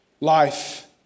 life